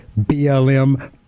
BLM